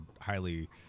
highly